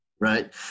Right